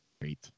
Great